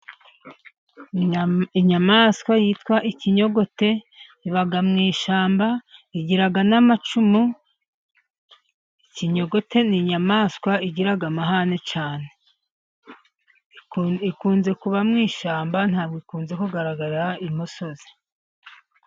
Inyamaswa yitwa ikinyogote iba mu ishyamba, igira n'amacumu. Ikinyogote ni inyamaswa igira amahane cyane, ikunze kuba mu ishyamba ,ntabwo ikunze kugaragara i musozi.